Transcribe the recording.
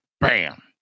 bam